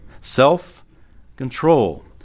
Self-control